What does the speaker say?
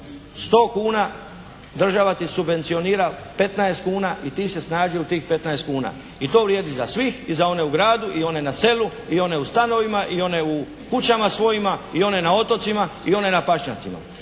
sto kuna država ti subvencionira 15 kuna i ti se snađi u tih 15 kuna. I to vrijedi za svih i za one u gradu i za one na selu i one u stanovima i one u kućama svojima i one na otocima i one na pašnjacima.